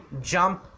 jump